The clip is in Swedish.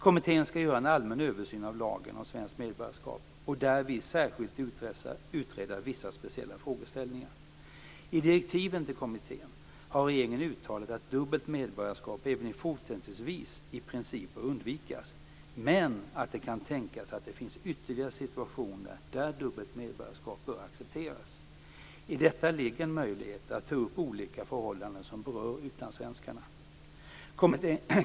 Kommittén skall göra en allmän översyn av lagen om svenskt medborgarskap och därvid särskilt utreda vissa speciella frågeställningar. I direktiven till kommittén har regeringen uttalat att dubbelt medborgarskap även fortsättningsvis i princip bör undvikas, men att det kan tänkas att det finns ytterligare situationer där dubbelt medborgarskap bör accepteras. I detta ligger en möjlighet att ta upp olika förhållanden som berör utlandssvenskarna.